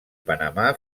panamà